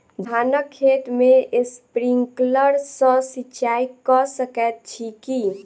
धानक खेत मे स्प्रिंकलर सँ सिंचाईं कऽ सकैत छी की?